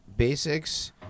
Basics